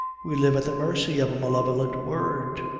we live at the mercy of a malevolent word.